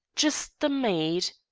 just the maid!